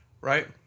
right